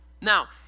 Now